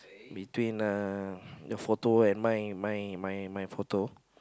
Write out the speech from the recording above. between uh your photo and my my my my photo